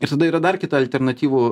ir tada yra dar kita alternatyvų